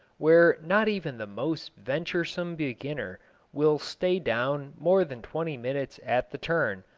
where not even the most venturesome beginner will stay down more than twenty minutes at the turn,